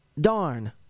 Darn